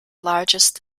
largest